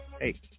hey